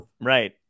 Right